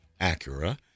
Acura